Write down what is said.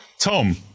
Tom